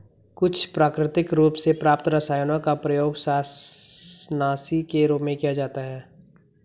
कुछ प्राकृतिक रूप से प्राप्त रसायनों का प्रयोग शाकनाशी के रूप में किया जाता है